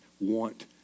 want